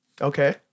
Okay